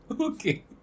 Okay